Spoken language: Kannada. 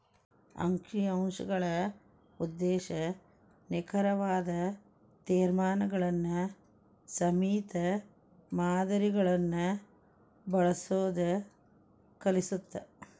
ಅಂಕಿ ಅಂಶಗಳ ಉದ್ದೇಶ ನಿಖರವಾದ ತೇರ್ಮಾನಗಳನ್ನ ಸೇಮಿತ ಮಾದರಿಗಳನ್ನ ಬಳಸೋದ್ ಕಲಿಸತ್ತ